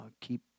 Keep